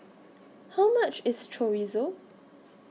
How much IS Chorizo